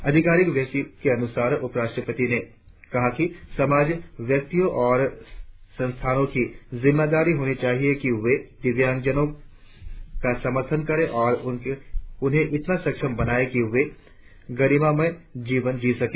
आधिकारिक वक्तव्य के अनुसार उपराष्ट्रपति ने कहा कि समाज व्यक्तियों और संस्थाओ की जिम्मेदारी होनी चाहिये कि वे दिव्यांजनो का समर्थन करें और उन्हें इतना सक्षम बनाये कि वे गरिमामय जीवन जी सके